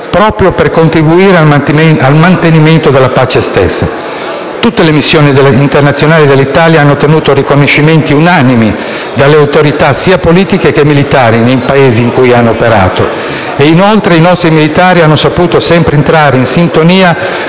proprio per contribuire al mantenimento della pace stessa. Tutte le missioni internazionali dell'Italia hanno ottenuto riconoscimenti unanimi dalle autorità sia politiche che militari dei Paesi in cui hanno operato; inoltre i nostri militari hanno saputo sempre entrare in sintonia